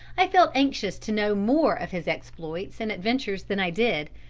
i felt anxious to know more of his exploits and adventures than i did,